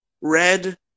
Red